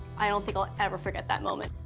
i don't think i'll ever forget that moment.